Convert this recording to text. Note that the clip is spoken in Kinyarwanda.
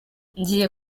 ngiye